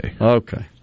Okay